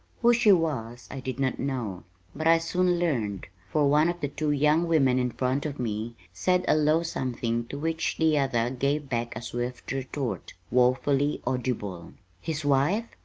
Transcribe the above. who she was i did not know but i soon learned, for one of the two young women in front of me said a low something to which the other gave back a swift retort, woefully audible his wife?